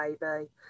baby